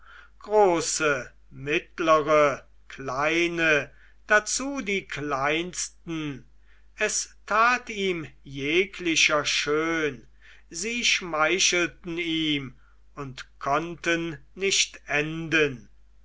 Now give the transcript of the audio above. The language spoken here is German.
große mittlere kleine dazu die kleinsten es tat ihm jeglicher schön sie schmeichelten ihm und konnten nicht enden